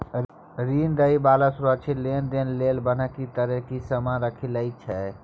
ऋण दइ बला सुरक्षित लेनदेन लेल बन्हकी तरे किछ समान राखि लइ छै